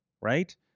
right